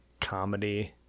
comedy